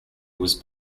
was